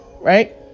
right